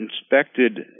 inspected